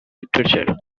literature